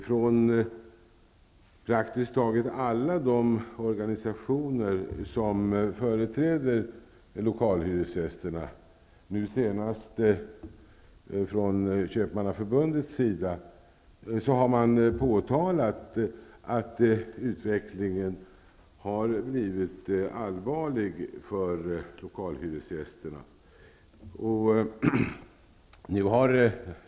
Från praktiskt taget alla de organisationer som företräder lokalhyresgästerna, nu senast från Köpmannaförbundet, har man påtalat att utvecklingen har blivit allvarlig för lokalhyresgästerna.